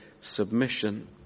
submission